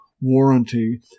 warranty